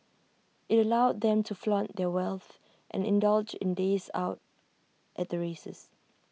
IT allowed them to flaunt their wealth and indulge in days out at the races